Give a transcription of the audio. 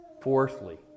Fourthly